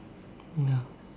ya